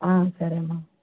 సరే అమ్మ